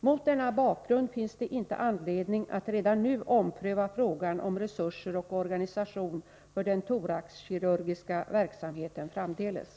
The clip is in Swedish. Mot denna bakgrund finns det inte anledning att redan nu ompröva frågan om resurser och organisation för den thoraxkirurgiska verksamheten framdeles.